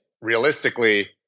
realistically